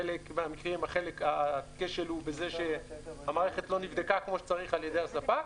חלק מהמקרים הכשל הוא בזה שהמערכת לא נבדקה כמו שצריך על-ידי הספק.